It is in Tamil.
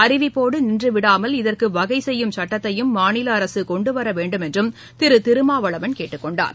அறிவிப்போடு நின்றுவிடாமல் இதற்கு வகை செய்யும் சுட்டத்தையும் மாநில அரசு கொண்டுவர வேண்டும் என்றும் திரு திருமாவளவன் கேட்டுக்கொண்டார்